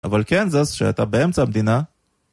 אבל קנזס שהייתה באמצע המדינה